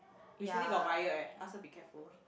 recently got riot eh ask her be careful